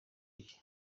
iki